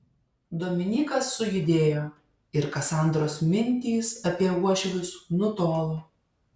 dominykas sujudėjo ir kasandros mintys apie uošvius nutolo